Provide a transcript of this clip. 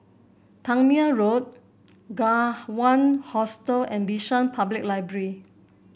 Tangmere Road Kawan Hostel and Bishan Public Library